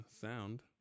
sound